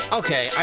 okay